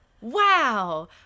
wow